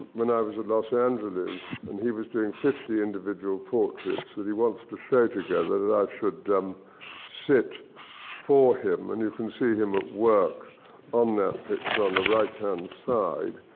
when i was in los angeles, and he was doing fifty individual portraits that he wants to show together, that i should um sit for him. and you can see him at work on that picture, on the right hand side.